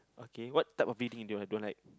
okay what type of reading that I don't like